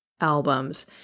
albums